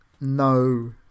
no